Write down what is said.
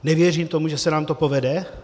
Nevěřím tomu, že se nám to povede.